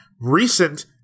recent